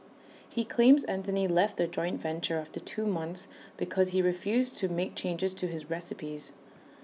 he claims Anthony left their joint venture after two months because he refused to make changes to his recipes